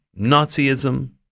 Nazism